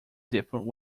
different